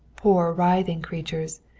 poor writhing creatures,